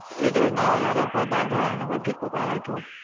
ऐॾो न यार पर ॾाढा आहिनि वधीक था वठो